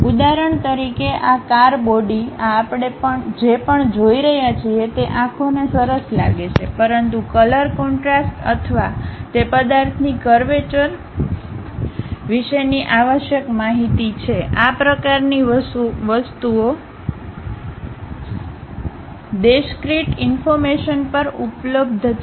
ઉદાહરણ તરીકે આ કાર બોડી આ આપણે જે પણ જોઈ રહ્યા છીએ તે આંખોને સરસ લાગે છે પરંતુ કલર કોન્ટ્રાસ્ટ અથવા તે પદાર્થની કર્વેચર વિશેની આવશ્યક માહિતી છે આ પ્રકારની વસ્તુઓ દેશક્રિટ ઇન્ફોર્મેશન પર ઉપલબ્ધ છે